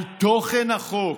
על תוכן החוק.